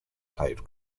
played